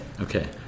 okay